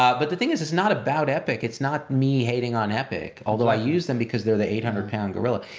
but the thing is, it's not about epic. it's not me hating on epic, although i use them because they're the eight hundred pound gorilla.